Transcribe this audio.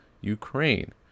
ukraine